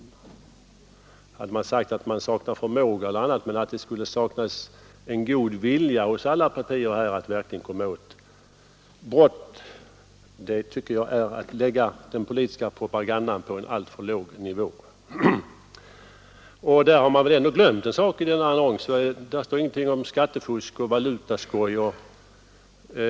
Det hade varit en annan sak om man sagt att det saknas förmåga eller annat, men att hävda att det skulle saknas en god vilja hos alla partier här att verkligen komma åt brott tycker jag är att lägga den politiska propagandan på en alltför låg nivå. Och man har väl ändå glömt en sak i denna annons: Där står ingenting om skattefusk och valutaskoj.